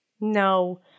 No